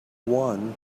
one